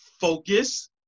Focus